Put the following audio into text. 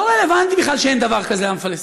לא רלוונטי בכלל שאין דבר כזה עם פלסטיני,